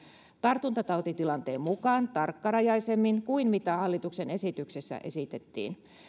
tartuntatautitilanteen mukaan tarkkarajaisemmin kuin mitä hallituksen esityksessä esitettiin